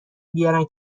بیارن